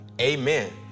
Amen